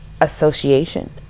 association